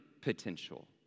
potential